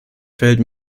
fällt